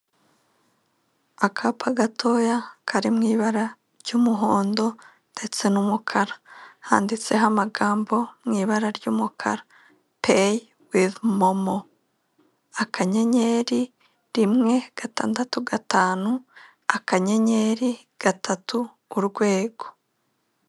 Akapa gatoya kari mu ibara ry'umuhondo ndetse n'umukara handitseho amagambo mu ibara ry'umukara peyi wivu momo akanyenyeri rimwe gatandatu gatanu akanyenyeri gatatu urwego.